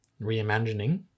reimagining